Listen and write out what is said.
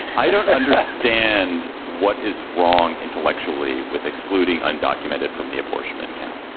i don't understand what is wrong intellectually with excluding undocumented from the apportionment count.